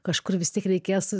kažkur vis tiek reikės